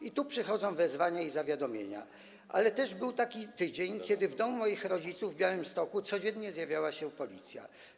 I tu przychodzą wezwania i zawiadomienia, ale też był taki tydzień, kiedy w domu moich rodziców w Białymstoku codziennie zjawiała się Policja.